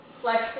Flex